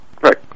Right